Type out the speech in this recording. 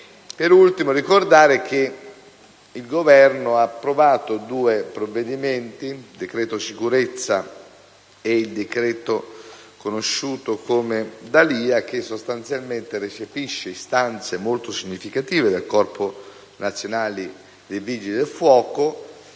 da ultimo ricordare che il Governo ha approvato due provvedimenti, il decreto sicurezza e il decreto conosciuto come D'Alia, che sostanzialmente recepisce istanze molto significative del Corpo nazionale dei vigili del fuoco.